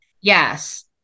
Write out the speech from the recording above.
Yes